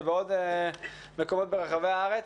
ובעוד מקומות ברחבי הארץ.